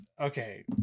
okay